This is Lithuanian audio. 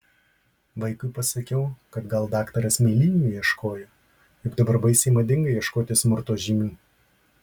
vaikui pasakiau kad gal daktaras mėlynių ieškojo juk dabar baisiai madinga ieškoti smurto žymių